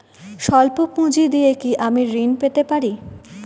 সল্প পুঁজি দিয়ে কি আমি ঋণ পেতে পারি?